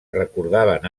recordaven